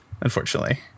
unfortunately